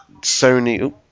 Sony